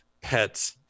Pets